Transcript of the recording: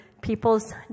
people's